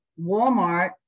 Walmart